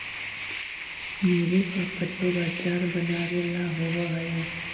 नींबू का प्रयोग अचार बनावे ला होवअ हई